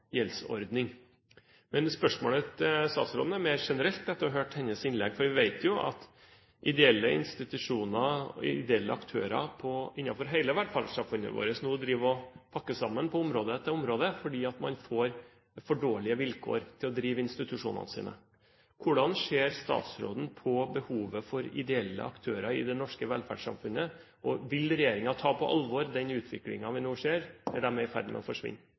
Men spørsmålet til statsråden etter å ha hørt hennes innlegg er mer generelt, for vi vet jo at ideelle institusjoner og ideelle aktører innenfor hele velferdssamfunnet vårt, nå driver og pakker sammen på område etter område, fordi man får for dårlige vilkår for å drive institusjonene sine. Hvordan ser statsråden på behovet for ideelle aktører i det norske velferdssamfunnet, og vil regjeringen ta på alvor den utviklingen vi nå ser – når disse er i ferd med å forsvinne?